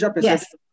Yes